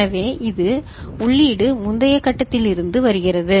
எனவே இதில் உள்ளீடு முந்தைய கட்டத்திலிருந்து வருகிறது